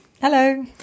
Hello